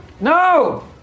No